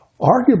arguably